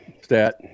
Stat